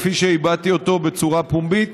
כפי שהבעתי אותו בצורה פומבית,